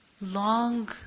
long